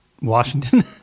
Washington